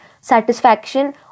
satisfaction